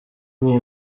uwo